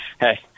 Hey